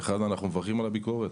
אנחנו מברכים על הביקורת,